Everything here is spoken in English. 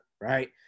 right